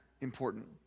important